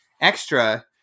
extra